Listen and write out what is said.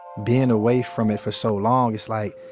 being away from it for so long, it's like,